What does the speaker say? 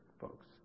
folks